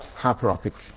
hyperopic